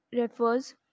refers